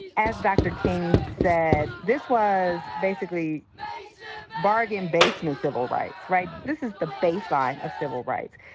as dr. king said, this was basically bargain basement civil rights, right? this is the baseline of civil rights.